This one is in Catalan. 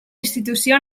institució